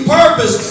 purpose